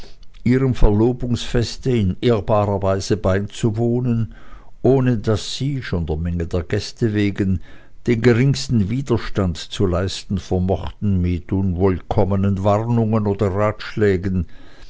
ihrem verlobungsfeste in ehrbarer weise beizuwohnen ohne daß sie schon der menge der gäste wegen den geringsten widerstand zu leisten vermochten mit unwillkommenen warnungen oder ratschlägen